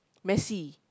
messy